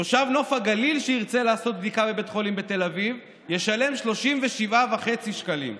תושב נוף הגליל שירצה לעשות בדיקה בבית חולים בתל אביב ישלם 37.5 שקלים.